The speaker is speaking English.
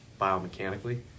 biomechanically